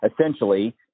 Essentially